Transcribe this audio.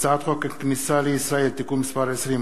הצעת חוק הכניסה לישראל (תיקון מס' 20),